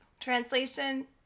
Translation